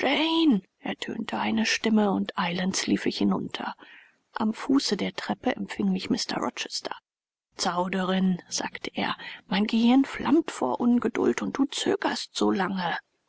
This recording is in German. ertönte eine stimme und eilends lief ich hinunter am fuße der treppe empfing mich mr rochester zauderin sagte er mein gehirn flammt vor ungeduld und du zögerst so lange